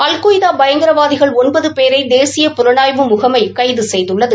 al Qaeda பயங்கரவாதிகள் ஒன்பது பேரை தேசிய புலனாய்பு முகமை கைது செய்துள்ளது